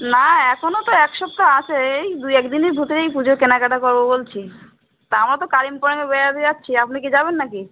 না এখনও তো এক সপ্তাহ আছে এই দুই এক দিনে ভেতরেই পুজোর কেনাকাটা করবো বলছি তা আমরা তো কালিম্পংয়ে বেড়াতে যাচ্ছি আপনি কি যাবেন না কি